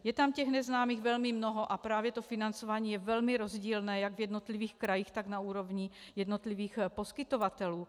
Je tam těch neznámých velmi mnoho, a právě to financování je velmi rozdílné jak v jednotlivých krajích, tak na úrovni jednotlivých poskytovatelů.